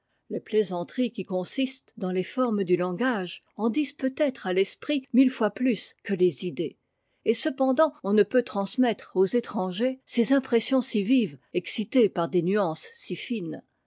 les plaisanteries qui consistent dans les formes du langage en disent peut-être à l'esprit mille fois plus que les idées et cependant on ne peut transmettre aux étrangers ces impressions si vives excitées par des nuances si fines